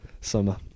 Summer